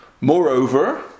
Moreover